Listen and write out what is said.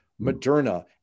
Moderna